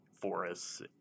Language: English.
forests